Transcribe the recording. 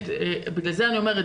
בגלל זה אני אומרת,